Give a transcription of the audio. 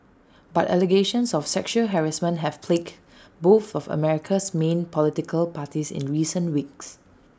but allegations of sexual harassment have plagued both of America's main political parties in recent weeks